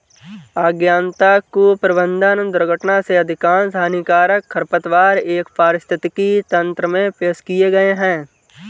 अज्ञानता, कुप्रबंधन, दुर्घटना से अधिकांश हानिकारक खरपतवार एक पारिस्थितिकी तंत्र में पेश किए गए हैं